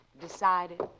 decided